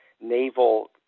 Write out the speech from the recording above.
naval